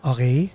Okay